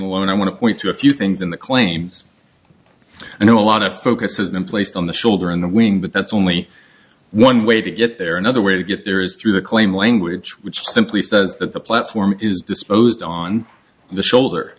alone i want to point to a few things in the claims i know a lot of focus has been placed on the shoulder in the wing but that's only one way to get there another way to get there is through the claim language which simply says that the platform is disposed on the shoulder